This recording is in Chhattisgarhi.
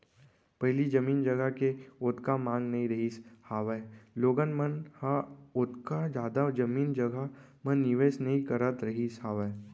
पहिली जमीन जघा के ओतका मांग नइ रहिस हावय लोगन मन ह ओतका जादा जमीन जघा म निवेस नइ करत रहिस हावय